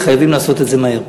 וחייבים לעשות את זה מהר.